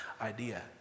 idea